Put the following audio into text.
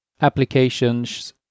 applications